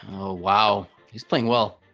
oh wow he's playing well